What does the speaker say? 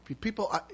people